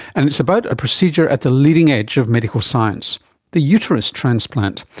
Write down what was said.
and it's about a procedure at the leading edge of medical science the uterus transplant.